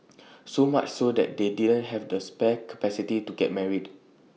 so much so that they didn't have the spare capacity to get married